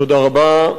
תודה רבה.